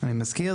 אני מזכיר,